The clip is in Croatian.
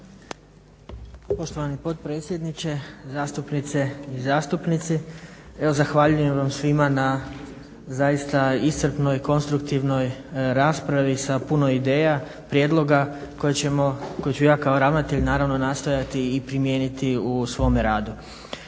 Poštovani potpredsjedniče, zastupnice i zastupnici evo zahvaljujem vam svima na zaista iscrpnoj, konstruktivnoj raspravi sa puno ideja, prijedloga koje ću ja kao ravnatelj naravno nastojati i primijeniti u svome radu.